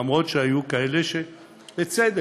למרות שהיו כאלה שבצדק,